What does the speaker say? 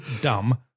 dumb